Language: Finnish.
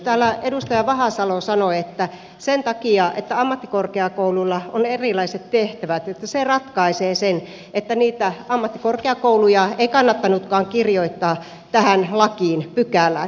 täällä edustaja vahasalo sanoi että se että ammattikorkeakouluilla on erilaiset tehtävät ratkaisee sen että niitä ammattikorkeakouluja ei kannattanutkaan kirjoittaa tähän lakiin pykälään